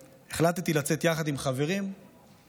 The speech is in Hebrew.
החלטתי לצאת לטיול יחד עם חברים מהשירות.